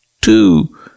Two